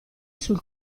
sul